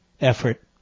effort